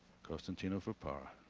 constantino for par.